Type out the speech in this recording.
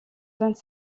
vingt